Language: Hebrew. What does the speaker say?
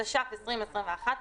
התש"ף-2021 ,